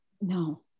No